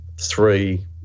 Three